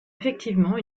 effectivement